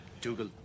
Dougal